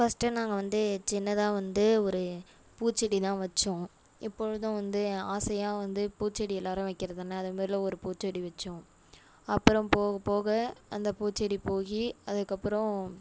first நாங்கள் வந்து சின்னதாக வந்து ஒரு பூச்செடி தான் வைச்சோம் எப்பொழுதும் வந்து ஆசையாக வந்து பூச்செடி எல்லாேரும் வைக்கிறதுனா அது மாதிரில ஒரு பூச்செடி வைச்சோம் அப்புறம் போகப் போக அந்த பூச்செடி போய் அதுக்கப்புறம்